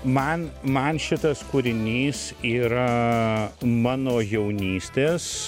man man šitas kūrinys yra mano jaunystės